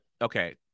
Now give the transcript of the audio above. okay